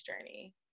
journey